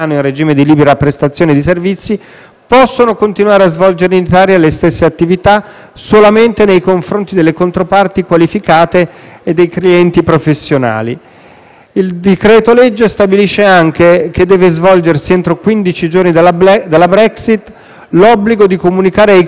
possono continuare a svolgere in Italia le stesse attività solamente nei confronti delle controparti qualificate e dei clienti professionali. Il decreto-legge stabilisce anche che deve svolgersi entro quindici giorni dalla Brexit l'obbligo di comunicare ai clienti, nonché agli altri soggetti